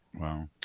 wow